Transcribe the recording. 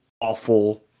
awful